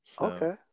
Okay